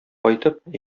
кайтып